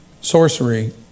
Sorcery